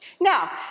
Now